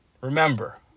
remember